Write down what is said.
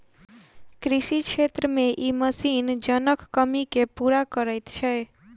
कृषि क्षेत्र मे ई मशीन जनक कमी के पूरा करैत छै